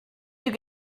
you